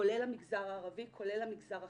כולל המגזר הערבי, כולל המגזר החרדי,